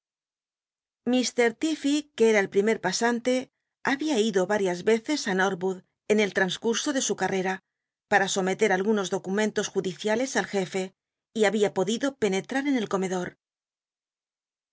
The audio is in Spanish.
mr fiff'cy que era el jll'imer pasante había ido varias veces ü norwood en el lranscu so de su carrem para sometct algunos documentos judiciales al jefe y babia poclido penetra en el comedol